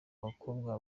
bakobwa